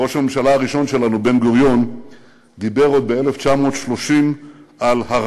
ראש הממשלה הראשון שלנו בן-גוריון דיבר כבר ב-1930 על